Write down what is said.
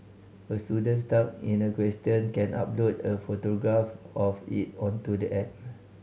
a student stuck in a question can upload a photograph of it onto the app